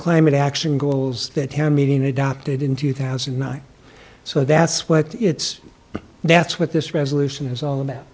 climate action goals that him meeting adopted in two thousand and nine so that's what it's that's what this resolution is all about